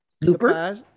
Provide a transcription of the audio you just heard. Looper